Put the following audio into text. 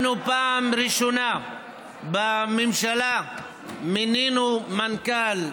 אנחנו פעם ראשונה בממשלה מינינו מנכ"ל,